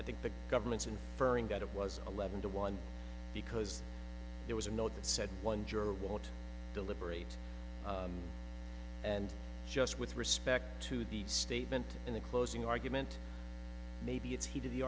i think the government's inferring that it was eleven to one because there was a note that said one juror won't deliberate and just with respect to the statement in the closing argument maybe it's heat of the